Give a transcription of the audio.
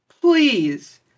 Please